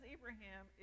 Abraham